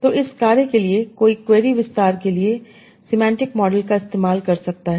तो इस कार्य के लिए कोई क्वेरी विस्तार के लिए सिमेंटिक मॉडल का इस्तेमाल कर सकता है